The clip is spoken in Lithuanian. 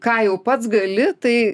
ką jau pats gali tai